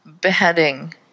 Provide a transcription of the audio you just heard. beheading